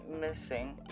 missing